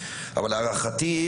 אבל להערכתי,